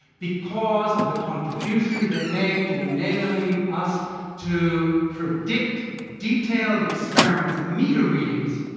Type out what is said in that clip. because of the contribution they made to enabling us to predict detailed experiments meter readings,